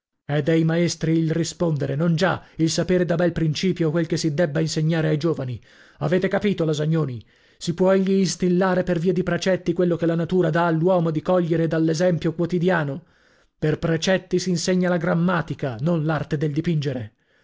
è dei maestri il rispondere non già il sapere da bel principio quel che si debba insegnare ai giovani avete capito lasagnoni si può egli instillare per via di precetti quello che la natura dà all'uomo di cogliere dall'esempio quotidiano per precetti s'insegna la grammatica non l'arte del dipingere